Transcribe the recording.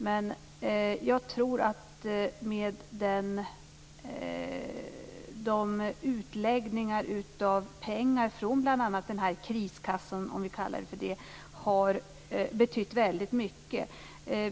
Men utläggen av pengar ur den s.k. kriskassan har betytt väldigt mycket.